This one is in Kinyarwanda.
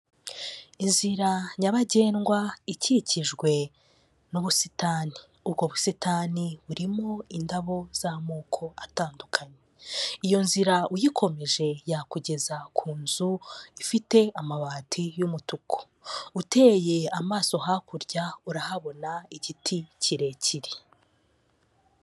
Inzira nyabagendwa, ikikijwe n'ubusitani. Ubwo busitani burimo indabo z'amoko atandukanye. Iyo nzira uyikomeje, yakugeza ku nzu ifite amabati y'umutuku. Uteye amaso hakurya, urahabona igiti kirekire.